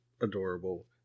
adorable